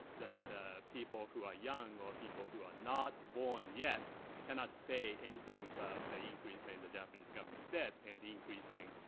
that people who are young or people who are not born yet cannot say anything about the increase in the japanese government debt and the increasing,